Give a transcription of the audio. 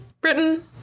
Britain